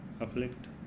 afflict